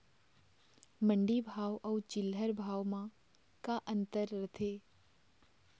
मंडी भाव अउ चिल्हर भाव म का अंतर रथे?